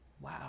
Wow